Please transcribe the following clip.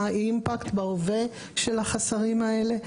מה האימפקט בהווה של החסרים האלה?